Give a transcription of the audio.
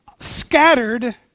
scattered